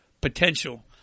potential